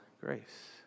grace